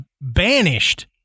banished